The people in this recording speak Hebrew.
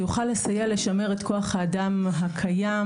יוכל לסייע לשמר את כוח האדם הקיים.